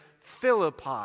Philippi